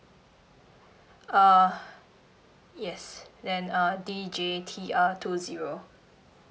uh yes then uh D J T R two zero